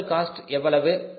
total cost எவ்வளவு